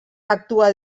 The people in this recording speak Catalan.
actua